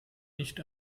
nicht